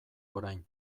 orain